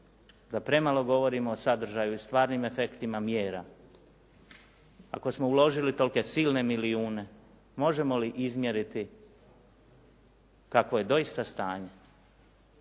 da premalo govorimo o sadržaju i stvarnim efektima mjera. Ako smo uložili tolke silne milijune možemo li izmjeriti kakvo je doista stanje?